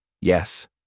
yes